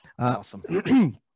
Awesome